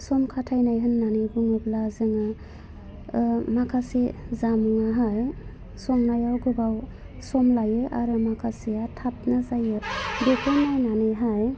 सम खाथायनाय होन्नानै बुङोब्ला जोङो माखासे जामुङाहाय संनायाव गोबाव सम लायो आरो माखासेया थाबनो जायो बेखौ नायनानैहाय